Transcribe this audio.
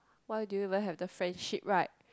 why do you even have the friendship right